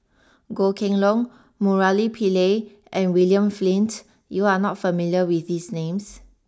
Goh Kheng long Murali Pillai and William Flint you are not familiar with these names